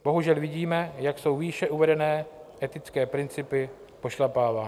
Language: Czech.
Bohužel vidíme, jak jsou výše uvedené etické principy pošlapávány.